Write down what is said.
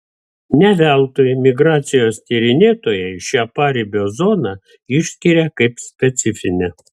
ne veltui migracijos tyrinėtojai šią paribio zoną išskiria kaip specifinę